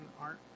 art